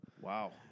wow